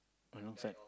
I'm outside